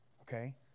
Okay